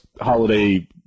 holiday